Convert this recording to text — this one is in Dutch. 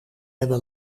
hebben